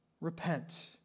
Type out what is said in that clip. repent